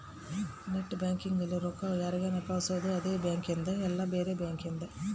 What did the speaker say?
net banking ಅಲ್ಲಿ ರೊಕ್ಕ ಯಾರ್ಗನ ಕಳ್ಸೊದು ಅದೆ ಬ್ಯಾಂಕಿಂದ್ ಇಲ್ಲ ಬ್ಯಾರೆ ಬ್ಯಾಂಕಿಂದ್